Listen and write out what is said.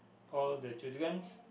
all the children